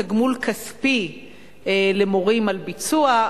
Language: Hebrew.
תגמול כספי למורים על ביצוע.